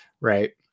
right